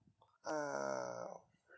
ah